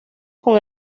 con